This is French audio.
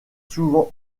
souvent